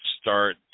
start